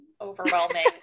overwhelming